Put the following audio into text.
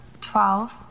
twelve